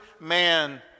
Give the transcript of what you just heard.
man